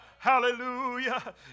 Hallelujah